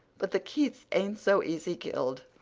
but the keiths ain't so easy killed.